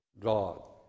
God